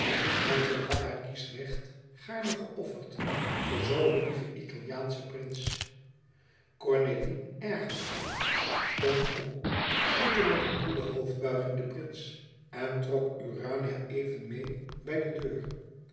en zij had haar kiesrecht gaarne geofferd voor zoo een lieven italiaanschen prins cornélie ergerde zich stond op groette met een koele hoofdbuiging den prins en trok urania even meê bij de deur